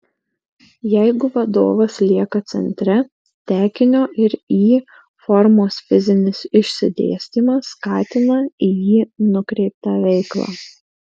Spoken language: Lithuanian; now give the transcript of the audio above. jeigu vadovas lieka centre tekinio ir y formos fizinis išsidėstymas skatina į jį nukreiptą veiklą